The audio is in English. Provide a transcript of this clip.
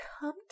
come